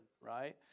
Right